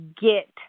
get